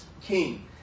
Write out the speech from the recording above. king